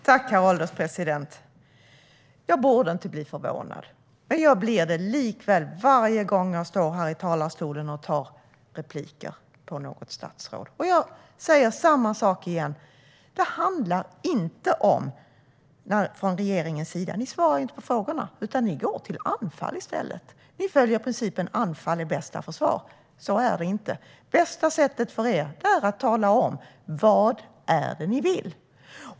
Herr ålderspresident! Jag borde inte bli förvånad, men jag blir det likväl varje gång jag står här i talarstolen och tar repliker på något statsråd. Jag säger samma sak igen. Ni svarar från regeringens sida inte på frågorna, utan ni går i stället till anfall. Ni följer principen att anfall är bästa försvar. Så är det inte. Bästa sättet för er är att tala om vad det är ni vill.